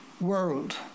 world